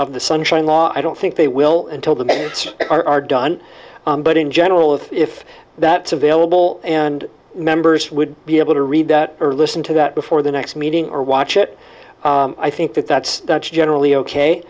of the sunshine law i don't think they will until the merits are done but in general if if that's available and members would be able to read that or listen to that before the next meeting or watch it i think that that's not generally ok